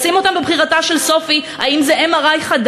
לשים אותם ב"בחירתה של סופי" האם זה MRI חדש.